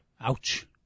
Ouch